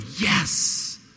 yes